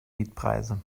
mietpreise